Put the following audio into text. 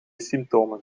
symptomen